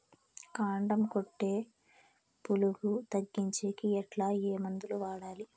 కాండం కొట్టే పులుగు తగ్గించేకి ఎట్లా? ఏ మందులు వాడాలి?